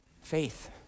Faith